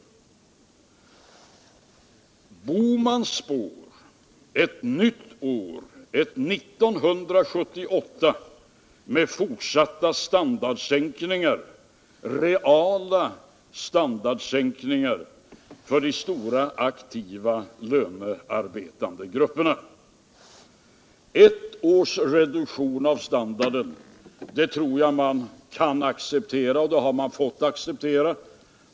Herr Bohman spår ett nytt år, ett 1978, med fortsatta reala standardsänkningar för de stora aktiva lönearbetande grupperna. Ett års reduktion av standarden tror jag att man kan acceptera, och det har man fått acceptera.